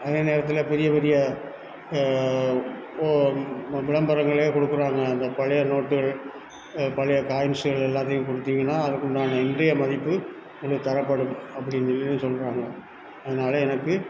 அதே நேரத்தில் பெரிய பெரிய ஓ ம விளம்பரங்களே கொடுக்கறாங்க அந்த பழைய நோட்டுகள் பழைய காயின்ஸுகள் எல்லாத்தையும் கொடுத்திங்கன்னா அதுக்குண்டான இன்றைய மதிப்பு உங்களுக்கு தரப்படும் அப்படின்னு சொல்லி சொல்கிறாங்க அதனால எனக்கு